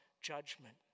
judgment